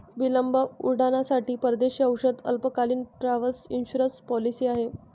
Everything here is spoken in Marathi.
विलंब उड्डाणांसाठी परदेशी औषध आपत्कालीन, ट्रॅव्हल इन्शुरन्स पॉलिसी आहे